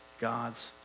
God's